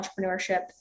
entrepreneurship